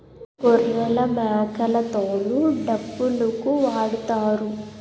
గొర్రెలమేకల తోలు డప్పులుకు వాడుతారు